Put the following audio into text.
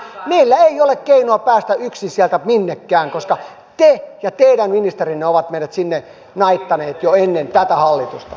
meillä ei ole keinoa päästä yksin sieltä minnekään koska te ja teidän ministerinne olette meidät sinne naittaneet jo ennen tätä hallitusta